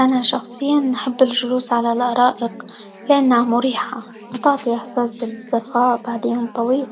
انا شخصيًا نحب الجلوس على الأرائك؛ لأنها مريحة، وتعطي إحساس بالاسترخاء بعد يوم طويل،